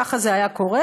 ככה זה היה קורה.